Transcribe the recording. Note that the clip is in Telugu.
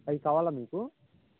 అది కావాలా మీకు